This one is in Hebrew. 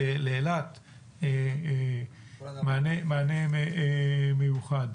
לאילת מענה מיוחד.